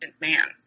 man